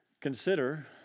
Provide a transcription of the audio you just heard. Consider